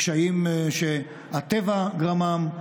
קשיים שהטבע גרמם,